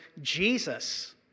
Jesus